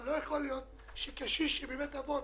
אבל לא יכול להיות שקשיש בבית אבות